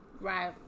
Right